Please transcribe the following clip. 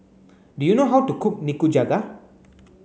do you know how to cook Nikujaga